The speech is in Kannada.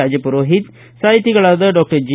ರಾಜಪುರೋಹಿತ ಸಾಹಿತಿಗಳಾದ ಡಾಕ್ಷರ್ ಜಿ